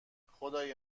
خدای